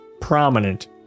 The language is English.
prominent